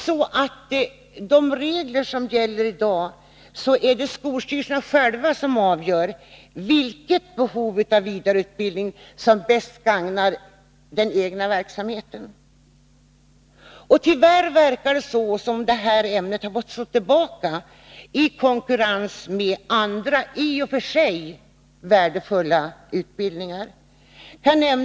Enligt de regler som gäller i dag är det skolstyrelserna själva som avgör vilket behov av vidareutbildning som mest gagnar den egna verksamheten. Tyvärr verkar det som om detta ämne fått stå tillbaka i konkurrensen med andra i och för sig värdefulla utbildningar.